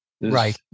Right